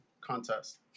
contest